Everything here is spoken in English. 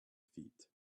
feet